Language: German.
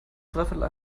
dreiviertel